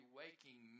waking